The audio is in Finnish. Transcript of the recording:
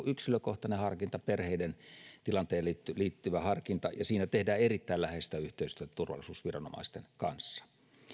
yksilökohtainen perheiden tilanteeseen liittyvä liittyvä ja siinä tehdään erittäin läheistä yhteistyötä turvallisuusviranomaisten kanssa